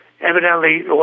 evidently